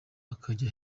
akajya